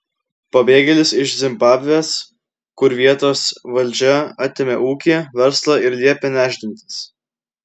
pabėgėlis iš zimbabvės kur vietos valdžia atėmė ūkį verslą ir liepė nešdintis